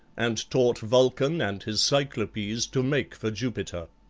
and taught vulcan and his cyclopes to make for jupiter.